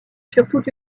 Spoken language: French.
surtout